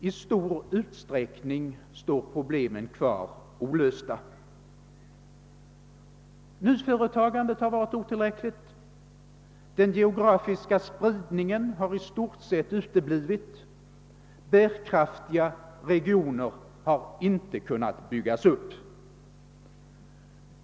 I stor utsträckning står problemen kvar olösta. Nyföretagandet har varit otillräck ligt, den geografiska spridningen har i stort sett uteblivit, bärkraftiga regioner har inte kunnat byggas upp.